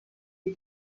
die